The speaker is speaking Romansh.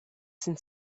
sin